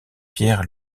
pierre